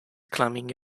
climbing